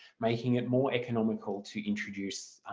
making it more economical to introduce